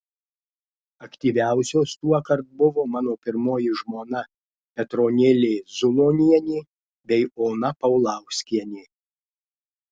aktyviausios tuokart buvo mano pirmoji žmona petronėlė zulonienė bei ona paulauskienė